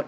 point